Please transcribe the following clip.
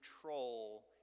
control